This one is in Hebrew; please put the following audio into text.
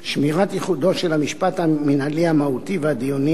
שמירת ייחודו של המשפט המינהלי המהותי והדיוני,